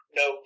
no